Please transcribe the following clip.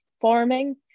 forming